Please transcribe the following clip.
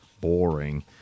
Boring